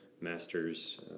master's